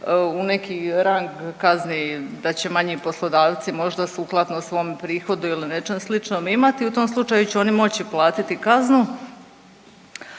u neki rang kazni da će manji poslodavci možda sukladno svom prihodu ili nečem sličnom imati u tom slučaju će oni moći platiti kaznu,